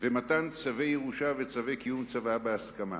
ומתן צווי ירושה וצווי קיום צוואה בהסכמה.